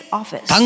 office